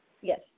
Yes